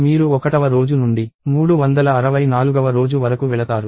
మీరు 1వ రోజు నుండి 364వ రోజు వరకు వెళతారు